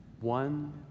One